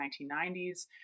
1990s